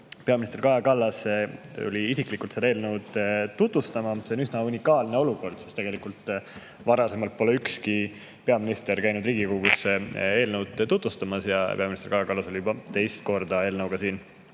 peaminister Kaja Kallas tuli isiklikult seda eelnõu tutvustama. See on üsna unikaalne olukord, sest tegelikult pole varasemalt ükski peaminister käinud Riigikogus eelnõu tutvustamas. Peamister Kaja Kallas on juba teist korda eelnõuga